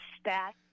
stat